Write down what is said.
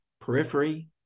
periphery